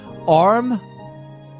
Arm